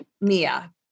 Mia